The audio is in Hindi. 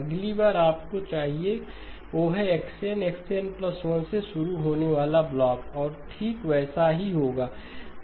अगली बार आपको जो चाहिए वो हैXN XN1 से शुरू होने वाला ब्लॉक और ठीक वैसा ही होगा